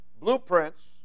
blueprints